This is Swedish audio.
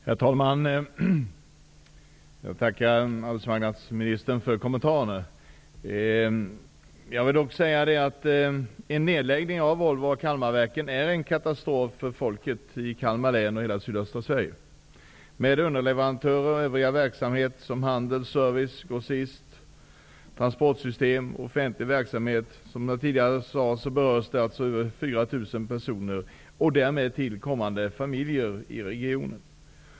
Herr talman! Jag tackar arbetsmarknadsministern för de ytterligare kommentarerna. Jag vill dock säga att en nedläggning av Volvo Kalmarverken är en katastrof för folket i Kalmar län och i hela sydöstra Sverige. Det gäller underleverantörer, handel, service, grossister, transportsystem och offentlig verksamhet. Som jag sade tidigare berörs över 4 000 personer i regionen och deras familjer.